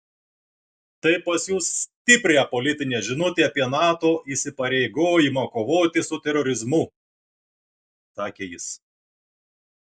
tai pasiųs stiprią politinę žinutę apie nato įsipareigojimą kovoti su terorizmu sakė jis